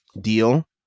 deal